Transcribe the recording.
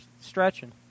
stretching